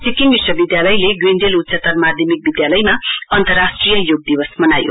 सिक्किम विश्वविद्यालयले ग्रीनडेल उच्चतर माध्यमिक विद्यालयमा अन्तर्राष्ट्रिय योग दिवस मनायो